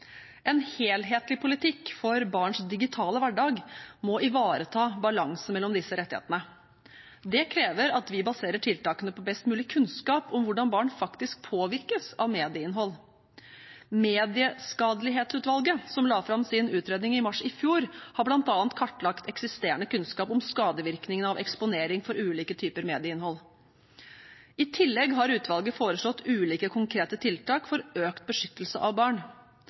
En helhetlig politikk for barns digitale hverdag må ivareta balansen mellom disse rettighetene. Det krever at vi baserer tiltakene på best mulig kunnskap om hvordan barn faktisk påvirkes av medieinnhold. Medieskadelighetsutvalget, som la fram sin utredning i mars i fjor, har bl.a. kartlagt eksisterende kunnskap om skadevirkningene av eksponering for ulike typer medieinnhold. I tillegg har utvalget foreslått ulike konkrete tiltak for økt beskyttelse av barn.